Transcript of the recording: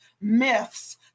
myths